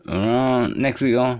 嗯 next week lor